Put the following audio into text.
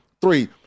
Three